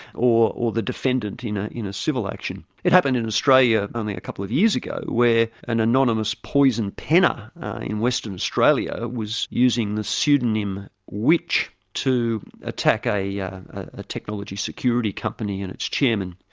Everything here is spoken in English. or or the defendant in a you know civil action. it happened in australia only a couple of years ago, where an anonymous poison penner in western australia was using the pseudonym witch to attack ah yeah a technology security company and its chairman.